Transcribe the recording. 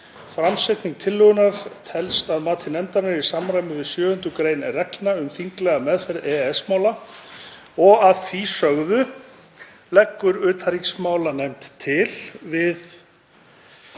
Framsetning tillögunnar telst að mati nefndarinnar í samræmi við 7. gr. reglna um þinglega meðferð EES-mála. Að því sögðu leggur utanríkismálanefnd til að